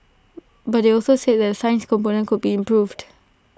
but they also said the science component could be improved